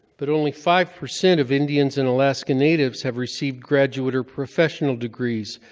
but only five percent of indians and alaskan natives have received graduate or professional degrees,